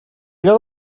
allò